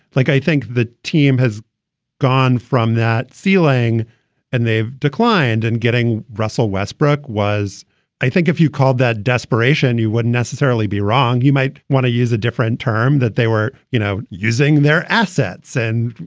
like i think the team has gone from that ceiling and they've declined. and getting russell westbrook was i think if you called that desperation, you wouldn't necessarily be wrong. you might want to use a different term that they were, you know, using their assets and,